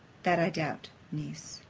that i doubt, niece.